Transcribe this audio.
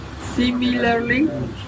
similarly